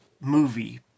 movie